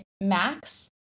max